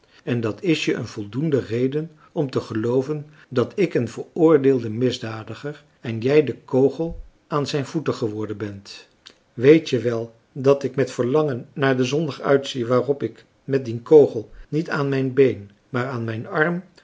en dat is je een voldoende reden om te gelooven dat ik een veroordeelde misdadiger en jij de kogel aan zijn voet geworden bent weet je wel dat ik met verlangen naar den zondag uitzie waarop ik met dien kogel niet aan mijn been maar aan mijn arm